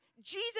Jesus